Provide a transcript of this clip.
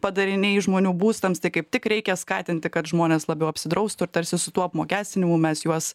padariniai žmonių būstams tai kaip tik reikia skatinti kad žmonės labiau apsidraustų ir tarsi su tuo apmokestinimu mes juos